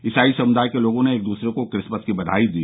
ईसाई समुदाय के लोगों ने एक दूसरे को क्रिसमस की बधाई दी